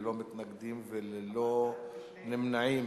ללא מתנגדים וללא נמנעים.